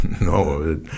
No